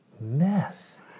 mess